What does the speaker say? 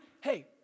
Hey